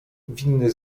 winny